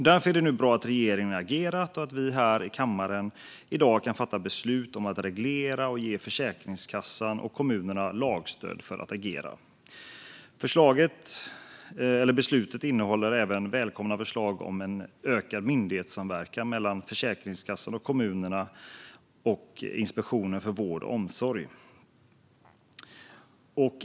Därför är det nu bra att regeringen agerat och att vi här i kammaren i dag kan fatta beslut om att reglera detta och ge Försäkringskassan och kommunerna lagstöd för att agera. Beslutet innehåller även välkomna förslag om ökad myndighetssamverkan mellan Försäkringskassan, kommunerna och Inspektionen för vård och omsorg.